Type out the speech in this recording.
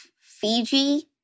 Fiji